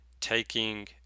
taking